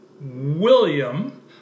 William